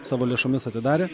savo lėšomis atidarė